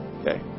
Okay